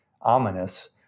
ominous